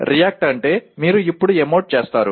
react అంటే మీరు ఇప్పుడు ఎమోట్ చేస్తారు